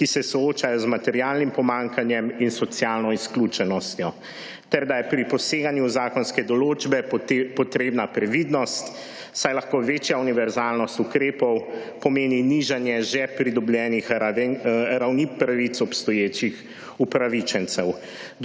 ki se soočajo z materialnim pomanjkanjem in socialno izključenostjo ter da je pri poseganju v zakonske določbe potrebna previdnost, saj lahko večja univerzalnost ukrepov pomeni nižanje že pridobljenih ravni pravic obstoječih upravičencev.